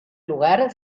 lugar